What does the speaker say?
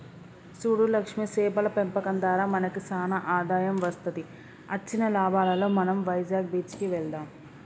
సూడు లక్ష్మి సేపల పెంపకం దారా మనకి సానా ఆదాయం వస్తది అచ్చిన లాభాలలో మనం వైజాగ్ బీచ్ కి వెళ్దాం